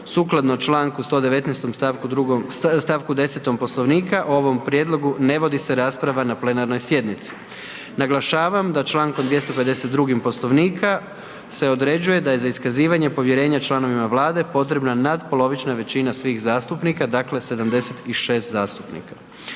sukladno čl. 119. st. 2., st. 10. Poslovnika, o ovom prijedlogu ne vodi se rasprava na plenarnoj sjednici. Naglašavam da čl. 252. Poslovnika se određuje da je za iskazivanje povjerenja članovima Vlade potrebna natpolovična većina svih zastupnika, dakle 76 zastupnika.